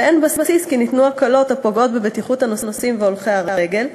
ואין בסיס לטענה שניתנו הקלות הפוגעות בבטיחות הנוסעים והולכי הרגל,